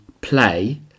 play